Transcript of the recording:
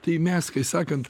tai mes kai sakant